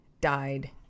died